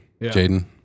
Jaden